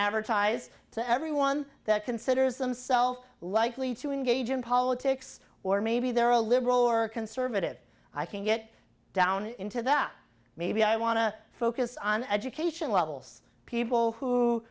advertise to everyone that considers themselves likely to engage in politics or maybe they're a liberal or conservative i can get down into that maybe i want to focus on education levels people who